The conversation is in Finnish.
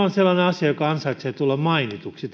on sellainen asia joka ansaitsee tulla mainituksi